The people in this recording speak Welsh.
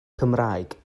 cymraeg